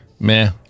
Meh